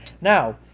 Now